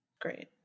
Great